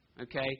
okay